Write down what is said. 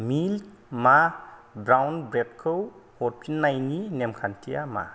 milk मा brown ब्रेडखौ हरफिन्नायनि नेमखान्थिया मा